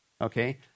okay